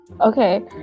Okay